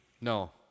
No